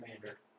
Commander